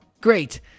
Great